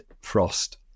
frost